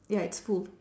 ya it's full